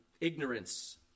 ignorance